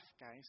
guys